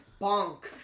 Bonk